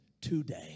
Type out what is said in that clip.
today